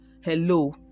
Hello